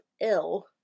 ill